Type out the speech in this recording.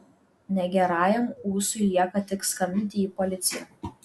negerajam ūsui lieka tik skambinti į policiją